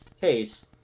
case